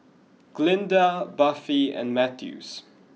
Glynda Buffy and Mathews